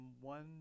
one